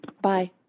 bye